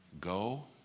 Go